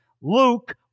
Luke